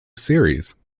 series